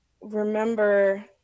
remember